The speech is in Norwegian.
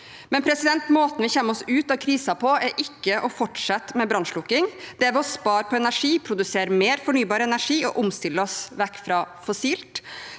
riktig, men måten vi kommer oss ut av krisen på, er ikke ved å fortsette med brannslukking, det er ved å spare på energi, produsere mer fornybar energi og omstille oss vekk fra fossilt,